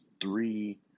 three